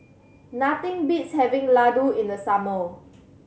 nothing beats having laddu in the summer